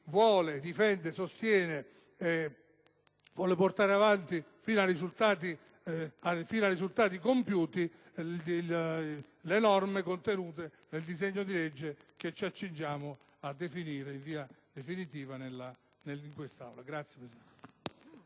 di chi difende, sostiene e vuole portare avanti fino a risultati compiuti le norme contenute nel disegno di legge che ci accingiamo ad approvare in via definitiva in quest'Aula. *(Applausi